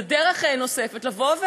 זו דרך נוספת לבוא,